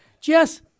Jess